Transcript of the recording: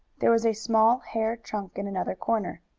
there was a small hair trunk in another corner.